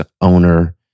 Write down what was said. owner